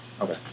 Okay